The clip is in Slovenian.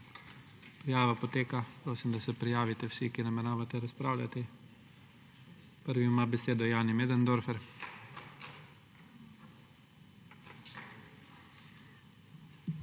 Prijava poteka. Prosim, da se prijavite vsi, ki nameravate razpravljati. Prvi ima besedo Jani Möderndorfer.